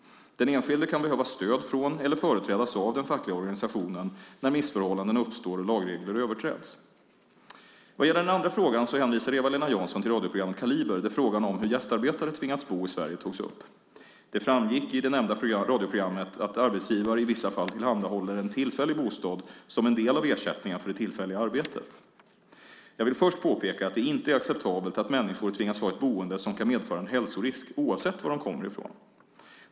Den enskilde kan behöva stöd från eller företrädas av den fackliga organisationen när missförhållanden uppstår och lagregler överträds. Vad gäller den andra frågan hänvisar Eva-Lena Jansson till radioprogrammet Kaliber där frågan om hur gästarbetare tvingats bo i Sverige togs upp. Det framgick i det nämnda radioprogrammet att arbetsgivare i vissa fall tillhandahåller en tillfällig bostad som en del av ersättningen för det tillfälliga arbetet. Jag vill först påpeka att det inte är acceptabelt att människor tvingas ha ett boende som kan medföra en hälsorisk oavsett var de kommer ifrån.